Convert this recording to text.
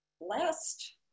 last